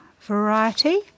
variety